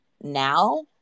now